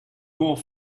more